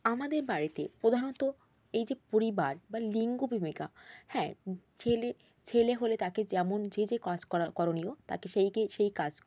আমাদের বাড়িতে প্রধানত এই যে পরিবার বা লিঙ্গ ভূমিকা হ্যাঁ ছেলে ছেলে হলে তাকে যেমন যে যে কাজ করণীয় তাকে সেইকে সেই কাজ